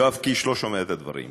יואב קיש לא שומע את הדברים,